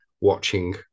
watching